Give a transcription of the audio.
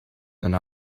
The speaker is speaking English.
and